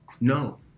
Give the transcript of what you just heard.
no